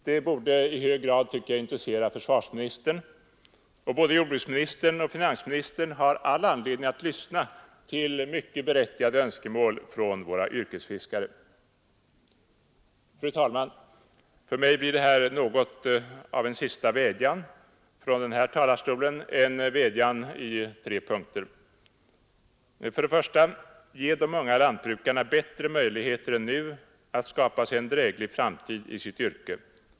Det borde i hög grad intressera försvarsministern, och även jordbruksministern och finansministern har all anledning att lyssna till mycket berättigade önskemål från våra yrkesfiskare. Fru talman! För mig blir detta något av en sista vädjan från denna talarstol — en vädjan i tre punkter: 1. Ge de unga lantbrukarna bättre möjligheter än nu att skapa sig en dräglig framtid i sitt yrke!